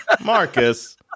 Marcus